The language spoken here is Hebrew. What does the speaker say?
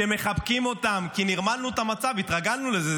שמחבקים אותם, כי נרמלנו את המצב, התרגלנו לזה.